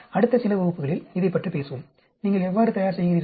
அடுத்த சில வகுப்புகளில் இதைப் பற்றி பேசுவோம் நீங்கள் எவ்வாறு தயார் செய்கிறீர்கள்